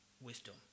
wisdom